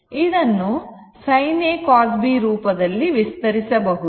ಇದನ್ನು sin A cos B ರೂಪದಲ್ಲಿ ವಿಸ್ತರಿಸಬಹುದು